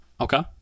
Okay